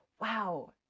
wow